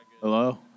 Hello